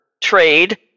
trade